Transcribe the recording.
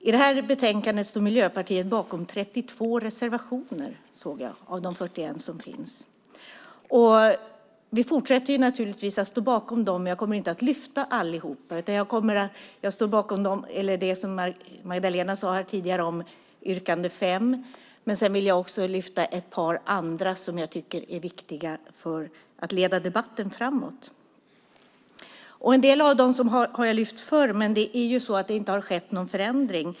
Miljöpartiet står bakom 32 reservationer av de 41 som finns i betänkandet. Vi fortsätter naturligtvis att stå bakom dem, men jag kommer inte att lyfta fram allihop. Jag står bakom det som Magdalena sade här tidigare om yrkande på reservation nr 5. Jag vill även lyfta fram ett par andra reservationer som jag tycker är viktiga för att leda debatten framåt. En del av dessa har jag lyft fram förr, men det har inte skett någon förändring.